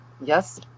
yes